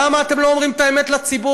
למה אתם לא אומרים את האמת לציבור?